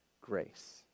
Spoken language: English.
grace